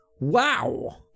Wow